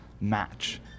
match